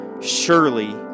surely